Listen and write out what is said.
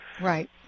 Right